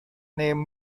name